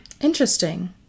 Interesting